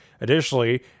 Additionally